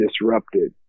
disrupted